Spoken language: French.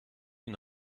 une